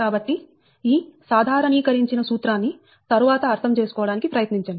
కాబట్టి ఈ సాధారణీకరించిన సూత్రాన్ని తరువాత అర్థం చేసుకోవడానికి ప్రయత్నించండి